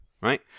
right